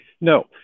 No